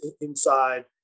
inside